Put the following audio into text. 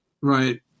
right